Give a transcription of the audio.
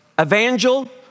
evangel